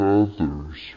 others